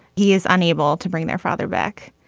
he is unable to bring their father back.